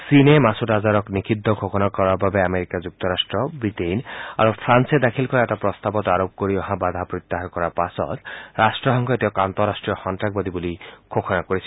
চীনে মাছুদ আজহাৰক নিষিদ্ধ ঘোষণা কৰাৰ বাবে আমেৰিকা যুক্তৰাট্ট ৱিটেইন আৰু ফ্ৰান্সে দাখিল কৰা এটা প্ৰস্তাৱত আৰোপ কৰি অহা বাধা প্ৰত্যাহাৰ কৰাৰ পাছত ৰাট্টসংঘই তেওঁক আন্তঃৰাষ্ট্ৰীয় সন্তাসবাদী বুলি ঘোষণা কৰিছিল